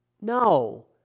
No